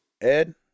ed